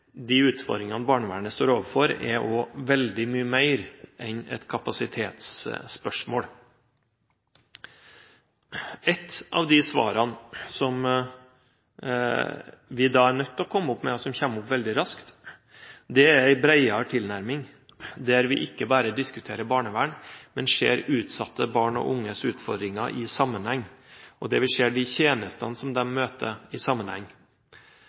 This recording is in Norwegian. de utfordringene barnevernet står overfor, er også veldig mye mer enn et kapasitetsspørsmål. Ett av de svarene som kommer opp veldig raskt, er en bredere tilnærming, der vi ikke bare diskuterer barnevern, men ser utsatte barn og unges utfordringer i sammenheng, og ser de tjenestene de møter, i sammenheng.